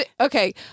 Okay